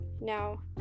Now